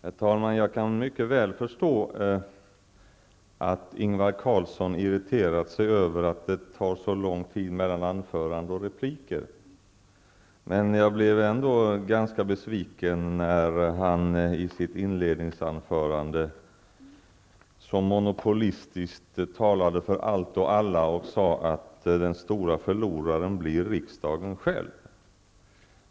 Herr talman! Jag kan mycket väl förstå att Ingvar Carlsson är irriterad över att det är så lång tid mellan anföranden och repliker, men jag blev ändå ganska besviken när han i sitt inledningsanförande så monopolistiskt talade för allt och alla och sade att den stora förloraren blir riksdagen själv.